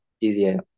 Easier